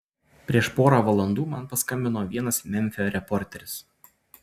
prieš porą valandų man paskambino vienas memfio reporteris